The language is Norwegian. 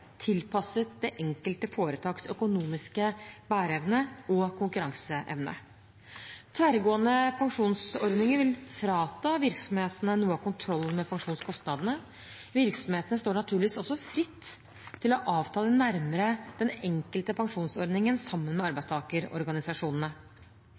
tilpasset det enkelte foretaks økonomiske bæreevne og konkurranseevne. Tverrgående pensjonsordninger vil frata virksomhetene noe av kontrollen med pensjonskostnadene. Virksomhetene står naturligvis også fritt til å avtale nærmere den enkelte pensjonsordningen sammen med